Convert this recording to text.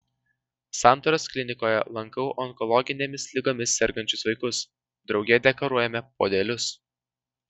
santaros klinikoje lankau onkologinėmis ligomis sergančius vaikus drauge dekoruojame puodelius